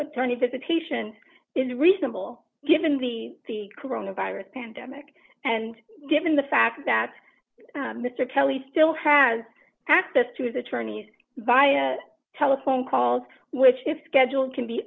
attorneys if a patient is reasonable given the the coronavirus pandemic and given the fact that mr kelly still has access to his attorneys via telephone calls which if schedule can be